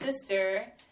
sister